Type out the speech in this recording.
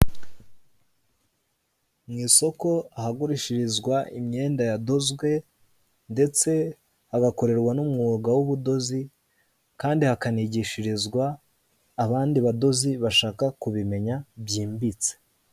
Mu isoko ahagurishirizwa imyenda yadozwe ndetse agakorerwa n'umwuga w'ubudozi kandi hakanigishirizwa abandi badozi bashaka kubimenya byimbitse.